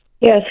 Yes